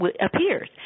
appears